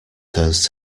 turns